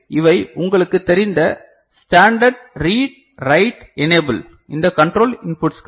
எனவே இவை உங்களுக்குத் தெரிந்த ஸ்டாண்டர்ட் ரீட் ரைட் எனேபில் இந்த கண்ட்ரோல் இன்புட்ஸ்கள்